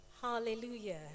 Hallelujah